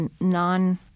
non –